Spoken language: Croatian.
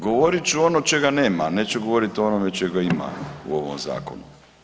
Govorit ću ono čega nema, neću govoriti o onome čega ima u ovom zakonu.